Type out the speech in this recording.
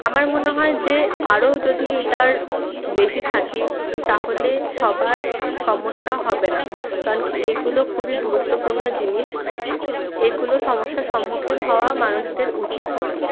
আমার মনে হয় যে আরো যদি এটার বেশি থাকে তাহলে সবার সমস্যা হবে না কারণ কি এগুলো খুবই গুরুত্বপূর্ণ জিনিস এগুলো সমস্যার সম্মুখীন হওয়া মানুষদের উচিৎ নয়